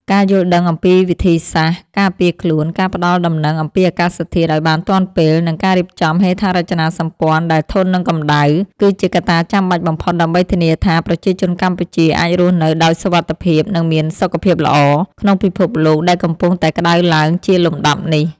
ការយល់ដឹងអំពីវិធីសាស្ត្រការពារខ្លួន ការផ្ដល់ដំណឹងអំពីអាកាសធាតុឱ្យបានទាន់ពេល និងការរៀបចំហេដ្ឋារចនាសម្ព័ន្ធដែលធន់នឹងកម្ដៅ គឺជាកត្តាចាំបាច់បំផុតដើម្បីធានាថា ប្រជាជនកម្ពុជាអាចរស់នៅដោយសុវត្ថិភាព និងមានសុខភាពល្អ ក្នុងពិភពលោកដែលកំពុងតែក្តៅឡើងជាលំដាប់នេះ។